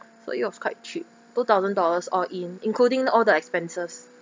so it was quite cheap two thousand dollars all in including all the expenses